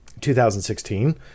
2016